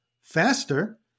faster